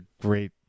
great